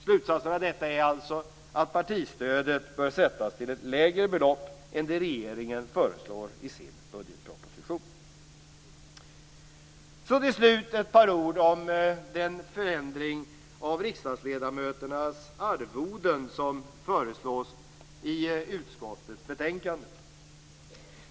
Slutsatsen av detta är alltså att partistödet bör sättas till ett lägre belopp än det regeringen föreslår i sin budgetproposition. Till slut vill jag säga ett par ord om den förändring av riksdagsledamöternas arvoden som föreslås i utskottets betänkande.